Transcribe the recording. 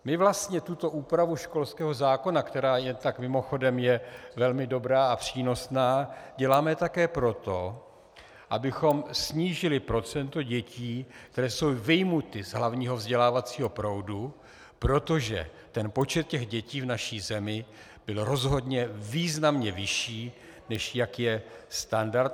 My vlastně tuto úpravu školského zákona, která jen tak mimochodem je velmi dobrá a přínosná, děláme také proto, abychom snížili procento dětí, které jsou vyjmuty z hlavního vzdělávacího proudu, protože počet dětí v naší zemi byl rozhodně významně vyšší, než jaký je standard.